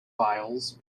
files